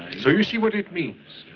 so you see what it means.